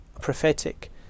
prophetic